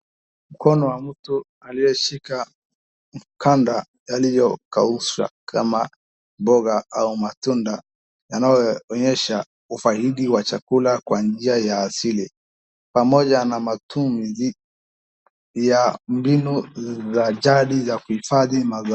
Mkono wa mtu aliyeshika kanda yaliyokausha kama mboga au matunda yanayoonyesha ufaidi wa chakula kwa njia ya ujasili, pamoja na matumizi ya mbinu za jadi za kuhifadhi mazao.